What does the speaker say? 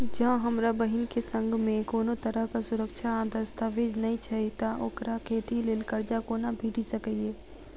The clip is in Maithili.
जँ हमरा बहीन केँ सङ्ग मेँ कोनो तरहक सुरक्षा आ दस्तावेज नै छै तऽ ओकरा खेती लेल करजा कोना भेटि सकैये?